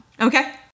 Okay